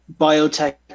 biotech